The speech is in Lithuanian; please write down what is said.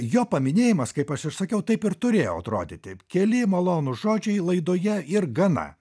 jo paminėjimas kaip aš ir sakiau taip ir turėjo atrodyti keli malonūs žodžiai laidoje ir gana